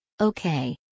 Okay